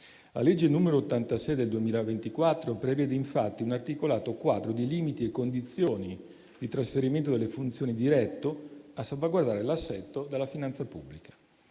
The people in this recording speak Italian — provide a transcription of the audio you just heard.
La legge n. 86 del 2024 prevede, infatti, un articolato quadro dei limiti e delle condizioni di trasferimento delle funzioni diretto a salvaguardare l'assetto della finanza pubblica.